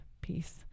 peace